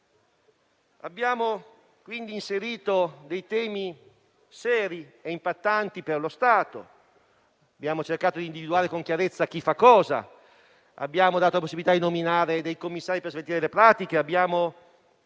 Abbiamo quindi inserito nel provvedimento temi seri e impattanti per lo Stato, abbiamo cercato di individuare con chiarezza chi fa cosa, abbiamo dato la possibilità di nominare commissari per sveltire le pratiche, abbiamo individuato